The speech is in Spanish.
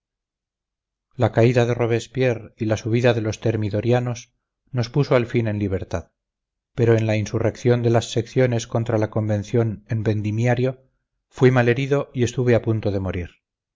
la caída de robespierre y la subida de los termidorianos nos puso al fin en libertad pero en la insurrección de las secciones contra la convención en vendimiario fui mal herido y estuve a punto de morir